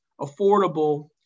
affordable